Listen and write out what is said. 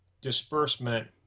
disbursement